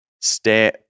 stay